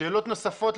שאלות נוספות,